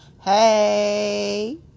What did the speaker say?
hey